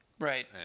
Right